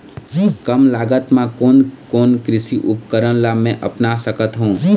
कम लागत मा कोन कोन कृषि उपकरण ला मैं अपना सकथो?